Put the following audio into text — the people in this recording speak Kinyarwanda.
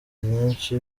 nyinshi